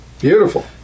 Beautiful